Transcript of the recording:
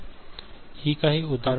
ही काही उदाहरणे आहेत जी आपण पाहू शकता